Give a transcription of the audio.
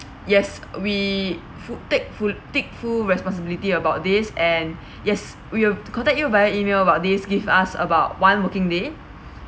yes we fu~ take full take full responsibility about this and yes we will contact you via email about this give us about one working day